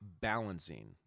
balancing